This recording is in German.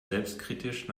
selbstkritisch